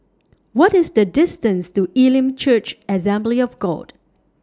What IS The distance to Elim Church Assembly of God